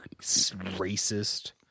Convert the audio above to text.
racist